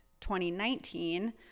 2019